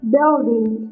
Building